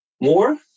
More